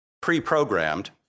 pre-programmed